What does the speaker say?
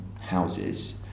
houses